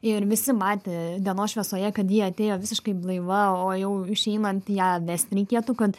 ir visi matė dienos šviesoje kad ji atėjo visiškai blaiva o jau išeinant ją vest reikėtų kad